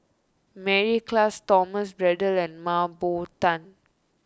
Mary Klass Thomas Braddell and Mah Bow Tan